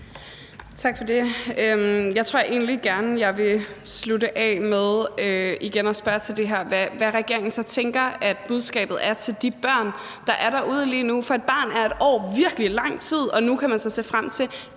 Tak for det. Jeg tror egentlig gerne, jeg vil slutte af med igen at spørge til det her med, hvad regeringen så tænker at budskabet er til de børn, der er derude lige nu. For et barn er et år virkelig lang tid, og nu kan de så se frem til